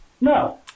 No